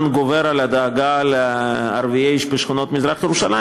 גובר על הדאגה לערבים בשכונות מזרח-ירושלים.